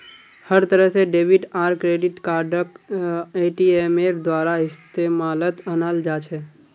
हर तरह से डेबिट आर क्रेडिट कार्डक एटीएमेर द्वारा इस्तेमालत अनाल जा छे